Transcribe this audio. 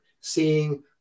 seeing